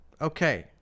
Okay